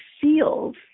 feels